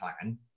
plan